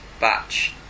batch